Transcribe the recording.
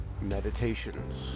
Meditations